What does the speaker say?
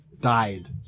died